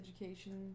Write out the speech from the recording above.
education